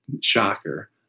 shocker